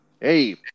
hey